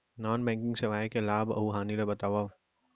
non banking सेवाओं के लाभ अऊ हानि ला बतावव